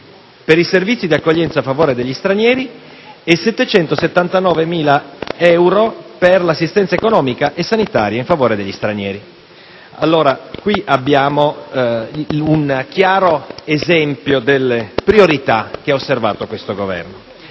per i servizi di accoglienza a favore degli stranieri e 779.000 euro per l'assistenza economica e sanitaria sempre a favore degli stranieri. Si tratta di un chiaro esempio delle priorità che ha osservato questo Governo.